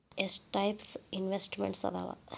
ಎಷ್ಟ types investments ಅದಾವ